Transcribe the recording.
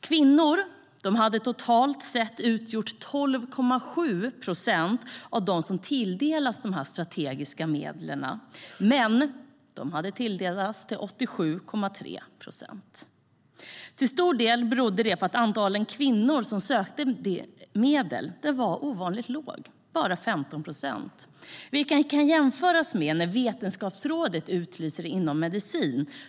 Kvinnor hade totalt sett utgjort 12,7 procent av dem som tilldelades de strategiska medlen och män 87,3 procent. Till stor del berodde det på att andelen kvinnor som sökte medel var ovanligt låg, bara 15 procent. Det kan jämföras med när Vetenskapsrådet utlyser inom medicin.